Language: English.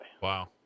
Wow